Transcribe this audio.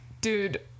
dude